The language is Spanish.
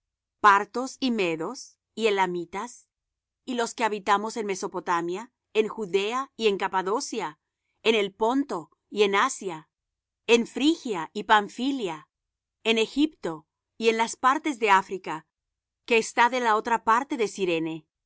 partos y medos y elamitas y los que habitamos en mesopotamia en judea y en capadocia en el ponto y en asia en phrygia y pamphylia en egipto y en las partes de africa que está de la otra parte de cirene